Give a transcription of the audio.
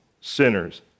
sinners